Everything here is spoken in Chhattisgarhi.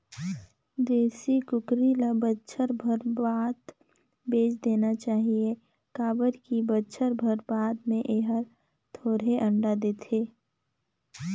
देसी कुकरी ल बच्छर भर बाद बेच देना चाही काबर की बच्छर भर बाद में ए हर थोरहें अंडा देथे